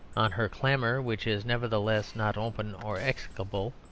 on her clamour which is nevertheless not open or explicable,